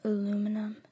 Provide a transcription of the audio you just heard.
Aluminum